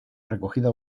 recogida